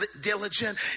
diligent